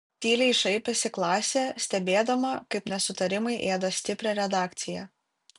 tyliai šaipėsi klasė stebėdama kaip nesutarimai ėda stiprią redakciją